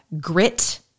grit